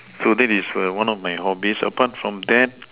so that is one of my hobbies apart from that